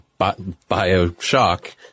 Bioshock